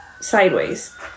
sideways